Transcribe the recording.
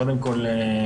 קודם כל,